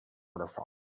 waterfall